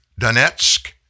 Donetsk